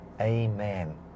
Amen